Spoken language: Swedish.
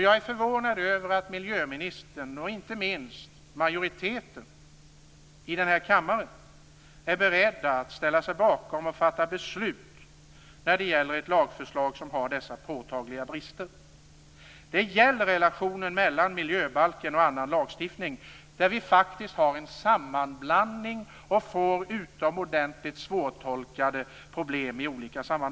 Jag är förvånad över att miljöministern och inte minst majoriteten i den här kammaren är beredd att ställa sig bakom och fatta beslut i fråga om ett lagförslag som har dessa påtagliga brister. Det gäller relationen mellan miljöbalken och annan lagstiftning. Det sker faktiskt en sammanblandning som gör att det kommer att uppstå utomordentligt svårtolkade problem.